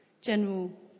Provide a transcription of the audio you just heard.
general